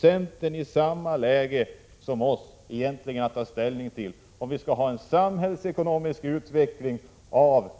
Centern måste då liksom vi ta ställning till om vi skall ha en samhällsekonomisk bedömning när det gäller